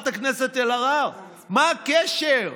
מה הקשר,